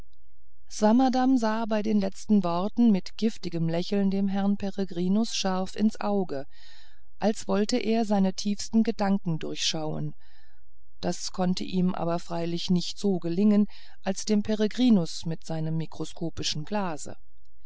swammerdamm sah bei den letzten worten mit giftigem lächeln dem herrn peregrinus so scharf ins auge als wolle er seine tiefsten gedanken durchschauen das konnte ihm aber freilich nicht so gelingen als dem peregrinus mit seinem mikroskopischen glase